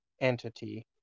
entity